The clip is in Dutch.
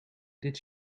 dit